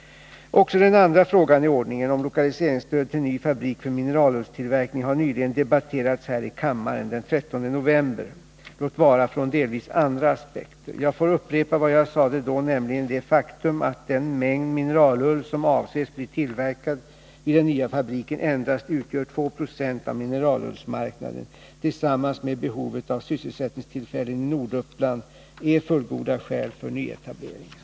Också den andra frågan i ordningen, om lokaliseringsstöd till ny fabrik för mineralullstillverkning, har nyligen, den 13 november, debatterats här i kammaren, låt vara från delvis andra aspekter. Jag får upprepa vad jag sade då, nämligen att det faktum att den mängd mineralull som avses bli tillverkad vid den nya fabriken endast utgör 2 96 av mineralullsmarknaden, tillsammans med behovet av sysselsättningstillfällen i Norduppland, är fullgoda skäl för nyetableringen.